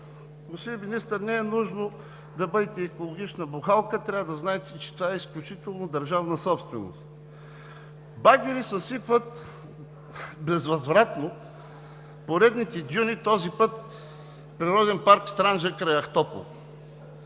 господин Министър, не е нужно да бъдете екологична бухалка, трябва да знаете, че това е изключителна държавна собственост. Багери съсипват безвъзвратно поредните дюни – този път в Природен парк „Странджа“ край Ахтопол.